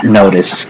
notice